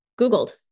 Googled